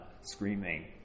screaming